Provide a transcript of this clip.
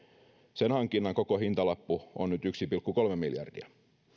sen hankinnan koko hintalappu on nyt yksi pilkku kolme miljardia